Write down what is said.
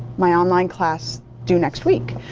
my online class due next week,